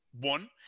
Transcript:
One